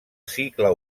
cicle